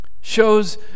shows